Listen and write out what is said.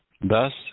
Thus